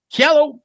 hello